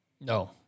No